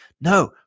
no